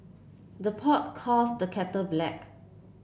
the pot calls the kettle black